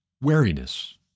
wariness